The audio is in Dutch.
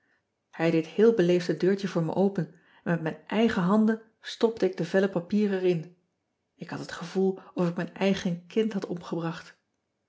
ij deed heel beleefd het deurtje voor me open ean ebster adertje angbeen en met mijn eigen handen stopte ik de vellen papier er in k had het gevoel of ik mijn eigen kind had omgebracht